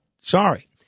sorry